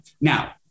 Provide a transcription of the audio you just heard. Now